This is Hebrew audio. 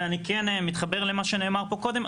אני כן מתחבר למה שנאמר פה קודם.